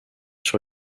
sur